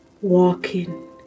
walking